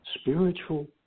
spiritual